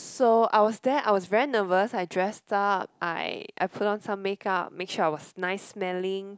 so I was there I was very nervous I dress up I I put on some make up make sure I was nice smelling